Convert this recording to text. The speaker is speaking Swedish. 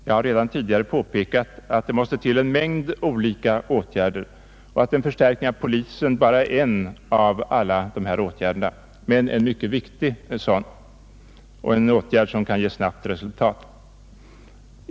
Jag har redan tidigare påpekat att det måste till en mängd olika åtgärder och att en förstärkning av polisen bara är en, men en mycket viktig sådan, och en åtgärd som kan ge snabba resultat.